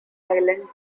island